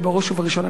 ובראש ובראשונה,